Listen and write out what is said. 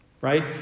right